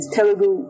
Telugu